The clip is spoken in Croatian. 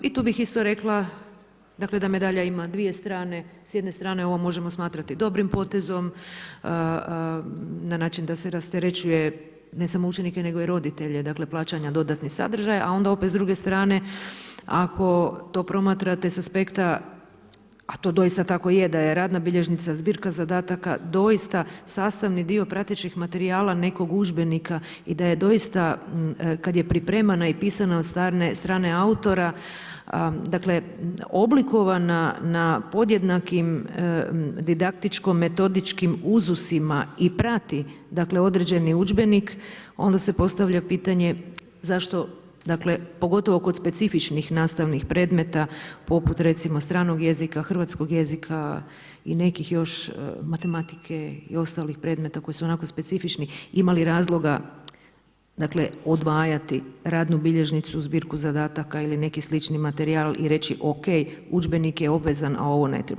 I tu bih isto rekla, dakle, da medalje ima 2 strane, s jedne strane, ovo možemo smatrati dobrim potezom na način da se rasterećuje, ne samo učenike, nego i roditelje plaćanja dodatnih sadržaja, a onda opet s druge strane, ako to promatrate s aspekta, a to doista tako je, da je radna bilježnica zbirka zadataka, doista, sastavni dio pratećeg materijala nekog udžbenika i da je doista, kada je pripremana i pisana od strane autora, dakle, oblikovana na podjednakim didaktički metodički uzusima i prati određeni udžbenik, onda se postavlja pitanja, zašto, dakle, pogotovo kod specifičnih nastavnih predmeta, poput recimo strganog jezika hrvatskog jezika i nekih još matematike i ostalih predmeta koji su onako specifični ima li razloga odvajati radnu bilježnicu, zbirku zadataka ili neki slični materijal i reci ok, udžbenik je obavezan a ovo ne treba.